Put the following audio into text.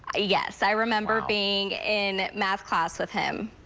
ah yes, i remember being in math class with him,